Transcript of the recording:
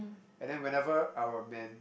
and then whenever our men